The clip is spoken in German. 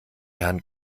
herrn